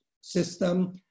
system